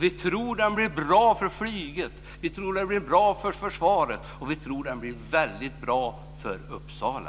Vi tror att den blir bra för flyget, vi tror att den blir bra för försvaret och vi tror att den blir väldigt bra för Uppsala.